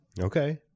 okay